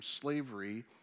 slavery